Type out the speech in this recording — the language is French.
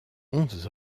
onze